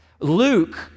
Luke